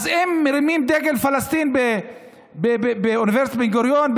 אז הם מרימים דגל פלסטין באוניברסיטת בן-גוריון,